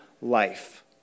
life